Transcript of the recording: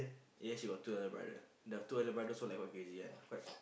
ya she got two elder brother the two elder brother sort like quite crazy one quite